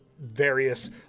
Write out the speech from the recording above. various